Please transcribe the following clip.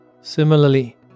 Similarly